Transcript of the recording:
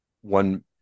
one